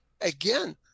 again